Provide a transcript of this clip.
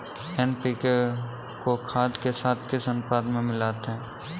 NPK को खाद के साथ किस अनुपात में मिलाते हैं?